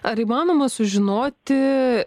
ar įmanoma sužinoti